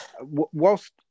whilst